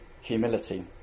humility